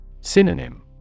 Synonym